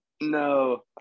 No